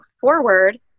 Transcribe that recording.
forward